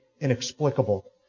inexplicable